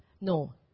No